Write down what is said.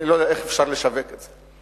אני לא יודע איך לשווק את זה.